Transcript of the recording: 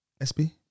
SB